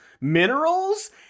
minerals